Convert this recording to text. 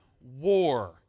war